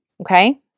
Okay